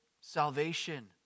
salvation